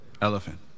Elephant